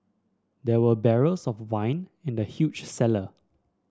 there were barrels of wine in the huge cellar